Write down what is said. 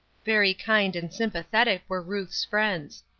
very kind and sympathetic were ruth's friends.